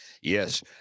Yes